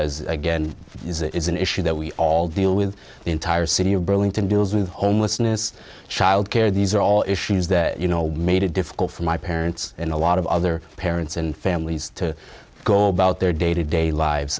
as again is it is an issue that we all deal with the entire city of burlington deals with homelessness child care these are all issues that you know made it difficult for my parents in a lot of other parents and families to go about their day to day lives